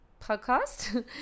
podcast